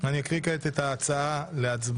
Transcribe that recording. אני אקריא כעת את ההצעה להצבעה,